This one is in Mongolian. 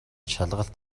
шалгалт